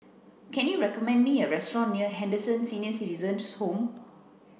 can you recommend me a restaurant near Henderson Senior Citizens' Home